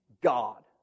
God